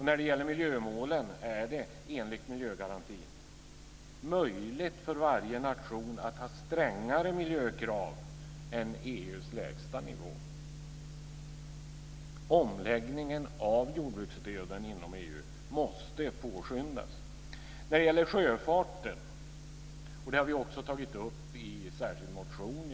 När det gäller miljömålen är det, enligt miljögarantin, möjligt för varje nation att ha strängare miljökrav än EU:s lägsta nivå. Omläggningen av jordbruksstöden inom EU måste påskyndas. Vi har tagit upp frågan om sjöfarten i en särskild motion.